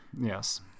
Yes